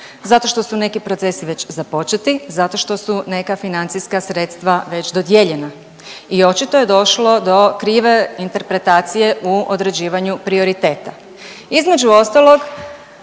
zato što su neki procesi već započeti, zato što su neka financijska sredstva već dodijeljena i očito je došlo do krive interpretacije u određivanju prioriteta. Između ostalog